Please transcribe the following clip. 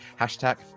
Hashtag